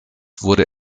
wurde